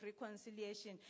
reconciliation